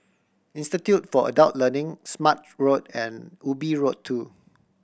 Institute for Adult Learning Smart Road and Ubi Road Two